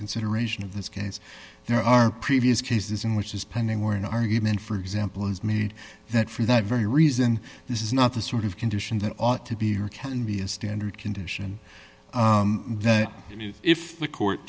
consideration of this case there are previous cases in which is pending where an argument for example is made that for that very reason this is not the sort of condition that ought to be or can be a standard condition that if the court